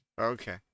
okay